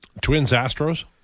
Twins-Astros